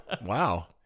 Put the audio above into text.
wow